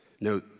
No